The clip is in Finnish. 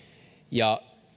ja